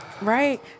right